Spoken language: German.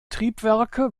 triebwerke